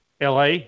LA